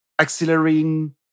accelerating